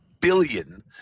billion